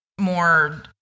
more